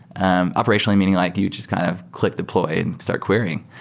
um operationally, meaning like you just kind of click deploy and start querying.